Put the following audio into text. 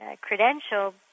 credential